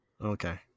Okay